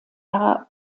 jahr